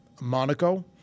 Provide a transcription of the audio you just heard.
Monaco